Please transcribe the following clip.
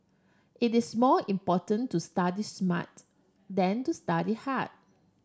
it is more important to study smart than to study hard